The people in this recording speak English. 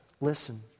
Listen